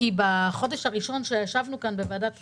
כי בחודש הראשון שישבנו כאן בוועדת הכספים,